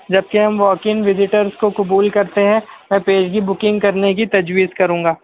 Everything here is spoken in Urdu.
جبکہ ہم واک ان وزٹرس کو قبول کرتے ہیں میں پیشگی بکنگ کرنے کی تجویز کروں گا